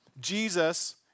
Jesus